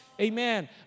Amen